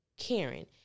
karen